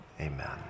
amen